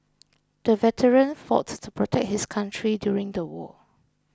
the veteran fought to protect his country during the war